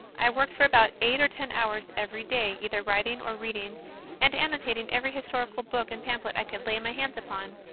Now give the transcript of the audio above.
i worked for about eight or ten hours every day, either writing, or reading and annotating every historical book and pamphlet i could lay my hands upon.